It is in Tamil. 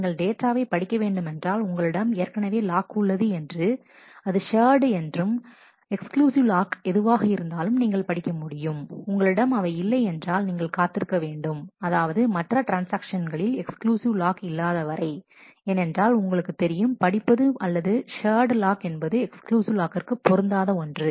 நீங்கள் டேட்டாவை படிக்க வேண்டுமென்றால் உங்களிடம் ஏற்கனவே லாக் உள்ளது என்று அது ஷேர்டு அல்லது எக்ஸ்க்ளூசிவ் லாக் எதுவாக இருந்தாலும் நீங்கள் படிக்க முடியும் உங்களிடம் அவை இல்லை என்றால் நீங்கள் காத்திருக்க வேண்டும் அதாவது மற்ற ட்ரான்ஸ்ஆக்ஷகளில் எக்ஸ்க்ளூசிவ் லாக் இல்லாதவரை ஏனென்றால் உங்களுக்கு தெரியும் படிப்பது அல்லது ஷேர்டு லாக் என்பது எக்ஸ்க்ளூசிவ் லாக்கிற்கு பொருந்தாது என்று